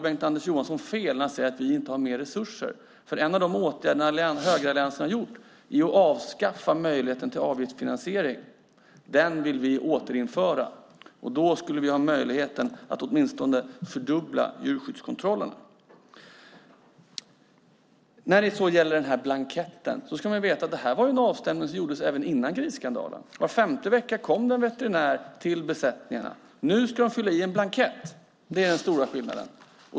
Bengt-Anders Johansson har fel när han säger att vi inte har mer resurser. En av de åtgärder högeralliansen har vidtagit är att avskaffa möjligheten till avgiftsfinansiering. Den vill vi återinföra, och då skulle vi ha möjlighet att åtminstone fördubbla djurskyddskontrollen. När det så gäller den här blanketten ska man veta att det gjordes en avstämning även före grisskandalen. Var femte vecka kom en veterinär till besättningarna. Nu ska de fylla i en blankett - det är den stora skillnaden.